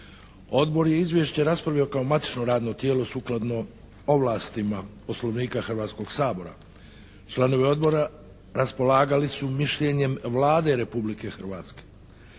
Odbor je izvješće raspravio kao matično radno tijelo sukladno ovlastima Poslovnika Hrvatskog sabora. Članovi Odbora raspolagali su mišljenjem Vlade Republike Hrvatske.